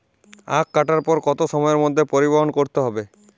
আখ কাটার পর কত সময়ের মধ্যে পরিবহন করতে হবে?